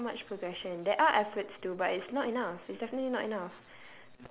ya there's not much progression there are efforts to but it's not enough it's definitely not enough